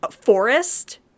forest